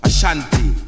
Ashanti